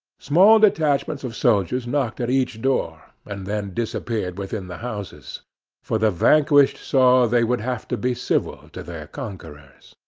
small detachments of soldiers knocked at each door, and then disappeared within the houses for the vanquished saw they would have to be civil to their conquerors.